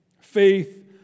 Faith